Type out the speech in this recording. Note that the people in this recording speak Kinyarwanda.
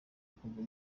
bikorwa